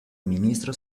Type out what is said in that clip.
ministro